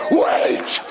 wait